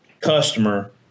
customer